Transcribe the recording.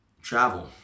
travel